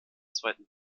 zweiten